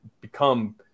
become –